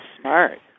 Smart